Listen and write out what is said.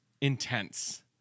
intense